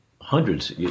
hundreds